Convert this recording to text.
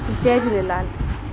Jay Jhulelal